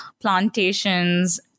plantations